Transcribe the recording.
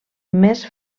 més